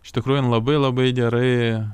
iš tikrųjų jin labai labai gerai